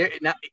now